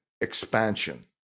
expansion